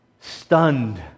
stunned